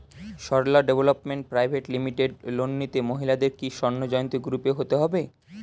Sarala development private limited loan নিতে মহিলাদের কি স্বর্ণ জয়ন্তী গ্রুপে হতে হবে?